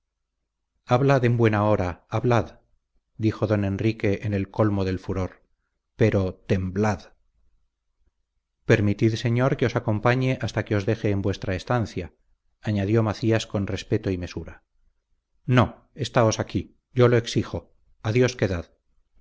hablad en buen hora hablad dijo don enrique en el colmo del furor pero temblad permitid señor que os acompañe hasta que os deje en vuestra estancia añadió macías con respeto y mesura no estaos aquí yo lo exijo a dios quedad